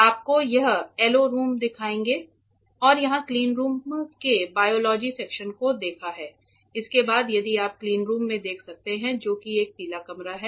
आगे हम yellow room देखेंगे और यहां क्लीनरूम के बायोलॉजी सेक्शन को देखा है इसके बाद यदि आप क्लीनरूम में देख सकते हैं जो कि एक पीला कमरा है